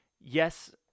yes